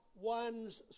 one's